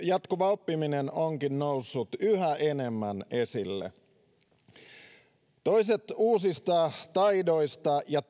jatkuva oppiminen onkin noussut yhä enemmän esille toiset uusista taidoista ja tiedoista